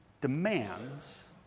demands